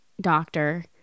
doctor